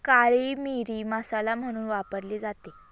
काळी मिरी मसाला म्हणून वापरली जाते